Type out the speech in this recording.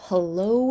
Hello